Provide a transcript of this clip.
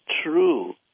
true